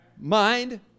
Mind